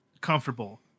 comfortable